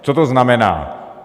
Co to znamená?